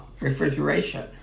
refrigeration